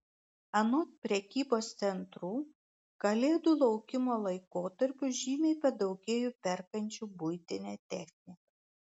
anot prekybos centrų kalėdų laukimo laikotarpiu žymiai padaugėjo perkančių buitinę techniką